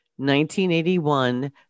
1981